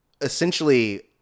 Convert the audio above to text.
essentially